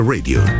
Radio